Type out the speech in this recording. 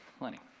plenty.